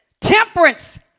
temperance